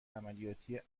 عملیاتی